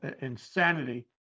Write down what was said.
insanity